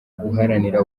guharanira